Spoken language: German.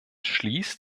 schließt